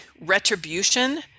retribution